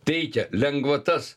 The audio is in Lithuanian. teikia lengvatas